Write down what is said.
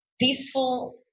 peaceful